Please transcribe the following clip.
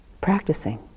practicing